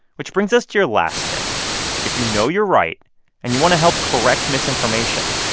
which brings us to your last tip if you know you're right and you want to help correct misinformation,